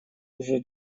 уже